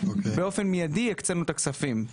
באופן מידי הקצנו את הכספים.